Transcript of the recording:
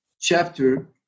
chapter